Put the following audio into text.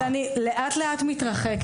אבל אני לאט לאט מתרחקת.